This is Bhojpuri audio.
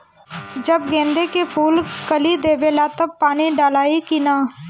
जब गेंदे के फुल कली देवेला तब पानी डालाई कि न?